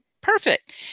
Perfect